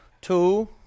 two